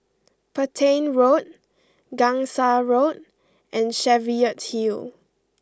Petain Road Gangsa Road and Cheviot Hill